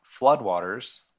floodwaters